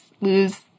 lose